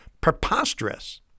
preposterous